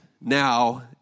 Now